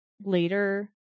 later